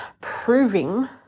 proving